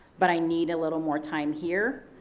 but i need a little more time here.